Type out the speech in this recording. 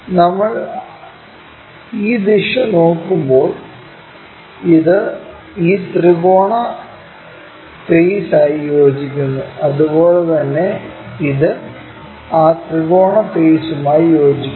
നമ്മൾ ഈ ദിശ നോക്കുമ്പോൾ ഇത് ഈ ത്രികോണ ഫെയ്സ്മായി യോജിക്കുന്നു അതുപോലെ തന്നെ ഇത് ആ ത്രികോണ ഫെയ്സ്മായി യോജിക്കുന്നു